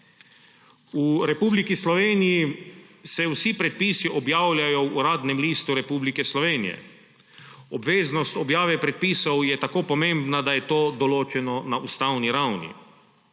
V Republiki Sloveniji se vsi predpisi objavljajo v Uradnem listu Republike Slovenije. Obveznost objave predpisov je tako pomembna, da je to določeno na ustavni ravni.